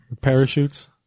parachutes